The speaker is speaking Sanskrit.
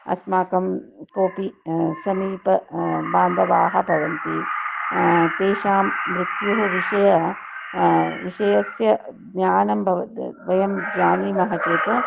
अस्माकं कोऽपि समीपस्थाः बान्धवाः भवन्ति तेषां मृत्योः विषयर विषयस्य ज्ञानं भवति वयं जानीमः चेत्